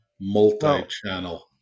multi-channel